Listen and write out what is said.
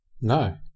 No